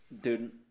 dude